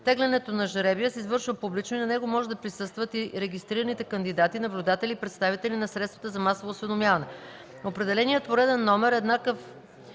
Тегленето на жребия се извършва публично и на него може да присъстват и регистрираните кандидати, наблюдатели и представители на средствата за масово осведомяване.